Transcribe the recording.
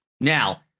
now